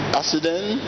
accident